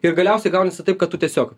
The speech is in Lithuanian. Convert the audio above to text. ir galiausiai gaunasi taip kad tu tiesiog